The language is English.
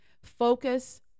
Focus